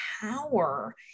power